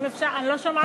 אני לא שומעת את עצמי.